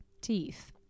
teeth